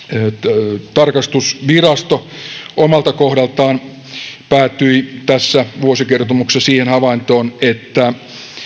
eri yhteydessä lävitse tarkastusvirasto omalta kohdaltaan päätyi tässä vuosikertomuksessa siihen havaintoon että